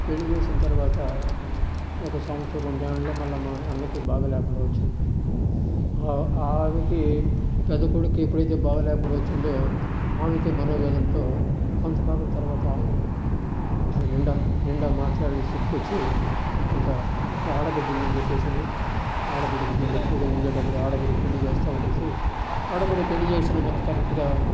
పెళ్లి చేసిన తర్వాత ఒక సంవత్సరం రెండు ఏళ్లలో మా అన్నకు బాగా లేకుండా వచ్చింది ఆమెకి పెద్ద కొడుక్కి ఎప్పుడైతే బాగా లేకుండా వచ్చిందో ఆమెకి మనోవేదనతో కొంతకాలం తర్వాత ఆమె నిండా నిండా మాట్లాడలేని స్థితికి వచ్చి ఇంకా ఆడబిడ్డ ఉందని చెప్పేసి అని ఆడబిడ్డకి పెళ్లి ఏదో ఉండేటప్పుడే ఆడబిడ్డకు పెళ్లి చేద్దాం అనేసి ఆడబిడ్డకి పెళ్లి చేసిన కరెక్ట్గా